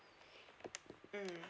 mm